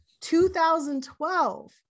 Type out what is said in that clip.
2012